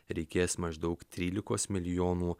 reikės maždaug trylikos milijonų